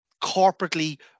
corporately